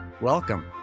Welcome